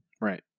Right